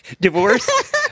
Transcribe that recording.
Divorce